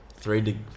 three